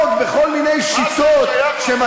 ולנהוג בכל מיני שיטות, מה זה שייך לחוק הזה?